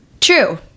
true